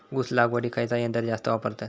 ऊस लावडीक खयचा यंत्र जास्त वापरतत?